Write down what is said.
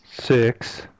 six